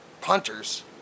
punters